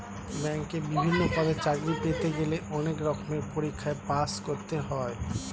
ব্যাংকে বিভিন্ন পদে চাকরি পেতে গেলে অনেক রকমের পরীক্ষায় পাশ করতে হয়